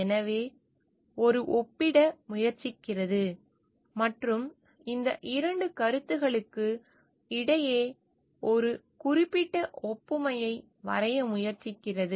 எனவே இது ஒப்பிட முயற்சிக்கிறது மற்றும் இந்த 2 கருத்துகளுக்கு இடையே ஒரு குறிப்பிட்ட ஒப்புமையை வரைய முயற்சிக்கிறது